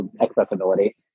accessibility